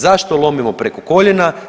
Zašto lomimo preko koljena?